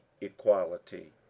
equality